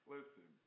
Listen